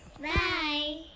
Bye